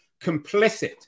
Complicit